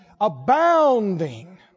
abounding